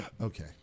Okay